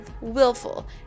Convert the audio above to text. willful